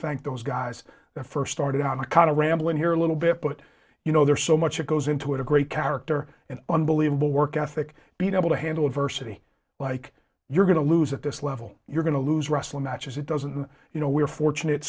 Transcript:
thank those guys that first started out kind of rambling here a little bit but you know there's so much that goes into it a great character an unbelievable work ethic being able to handle adversity like you're going to lose at this level you're going to lose wrestling matches it doesn't you know we're fortunate